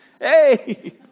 Hey